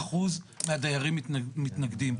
כש-33% אחוזים מהדיירים מתנגדים.